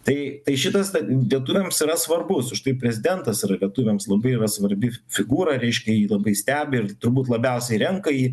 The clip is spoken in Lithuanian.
tai tai šitas lietuviams yra svarbus už tai prezidentas lietuviams labai yra svarbi figūra reiškia ji labai stebi ir turbūt labiausiai renka į